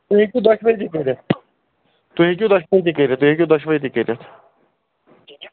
تُہۍ ہیٚکِو دۄشوَے تہِ کٔرِتھ تُہۍ ہیٚکِو دۄشوَے تہِ کٔرِتھ بیٚیہِ ہیٚکِو دۄشوَے تہِ کٔرِتھ